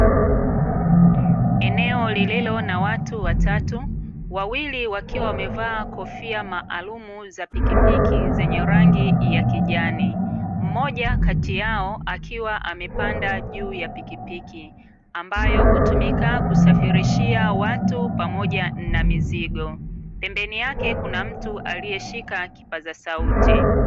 Eneo lililo na watu watatu, wawili wakiwa wamevaa kofia maalumu za pikipiki zenye rangi ya kijani. Mmoja kati yao akiwa amepanda juu ya pikipiki, ambayo hutumika kusafirishia watu pamoja na mizigo. Pembeni yake kuna mtu aliyeshika kipaza sauti.